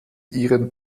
ihren